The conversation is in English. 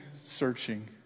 searching